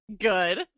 good